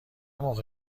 موقع